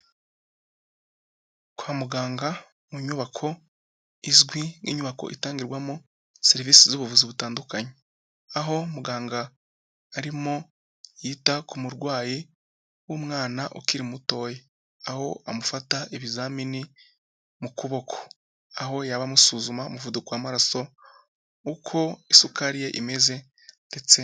Kwa muganga mu nyubako izwi nk'inyubako itangirwamo serivisi z'ubuvuzi butandukanye, aho muganga arimo yita ku murwayi w'umwana ukiri mutoya. Aho amufata ibizamini mu kuboko. Aho yaba amusuzuma umuvuduko w'amaraso uko isukari ye imeze ndetse.